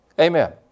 Amen